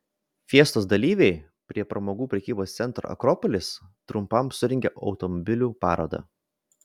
fiestos dalyviai prie pramogų prekybos centro akropolis trumpam surengė automobilių parodą